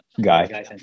guy